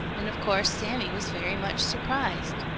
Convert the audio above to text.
and of course sammy was very much surprised.